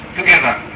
together